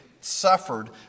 suffered